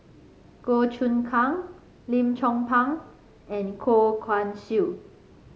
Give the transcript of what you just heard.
Goh Choon Kang Lim Chong Pang and Goh Guan Siew